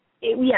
Yes